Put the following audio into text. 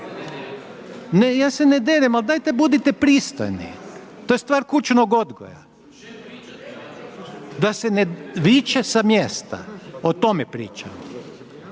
Ne, ja se ne derem, ali dajte budite pristojni, to je stvar kućnog odgoja. …/Upadica se ne čuje./… Da se ne viče sa mjesta, o tome pričam.